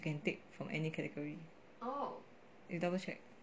you can take from any category you double check